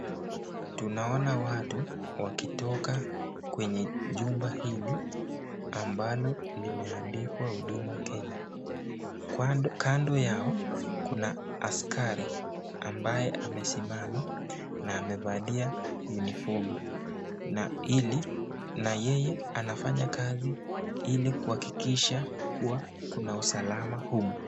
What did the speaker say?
Tunaona watu wakitoka kwenye jumba hili, amablo limandikwa Huduma Kenya, kando yao kuna askari amabye amesimama na amevalia yunifomu , na yeye anafanya kazi ili kuhakikisha kuwa kuna usalala humu.